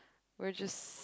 we're just